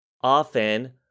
Often